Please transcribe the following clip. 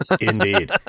Indeed